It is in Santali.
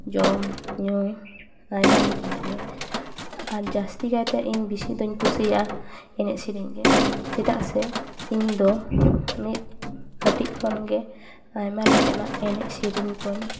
ᱡᱚᱢᱼᱧᱩ ᱟᱭᱢᱟ ᱞᱮᱠᱟᱱᱟᱜ ᱜᱮ ᱟᱨ ᱡᱟᱥᱛᱤ ᱠᱟᱭᱛᱮ ᱤᱧ ᱵᱤᱥᱤ ᱫᱩᱧ ᱠᱩᱥᱤᱭᱟᱜᱼᱟ ᱮᱱᱮᱡ ᱥᱮᱨᱮᱧ ᱜᱮ ᱪᱮᱫᱟᱜ ᱥᱮ ᱤᱧ ᱫᱚ ᱢᱤᱫ ᱠᱟᱹᱴᱤᱡ ᱠᱷᱚᱱ ᱜᱮ ᱟᱭᱢᱟ ᱞᱮᱠᱟᱱᱟᱜ ᱮᱱᱮᱡ ᱥᱮᱨᱮᱧ ᱠᱚᱧ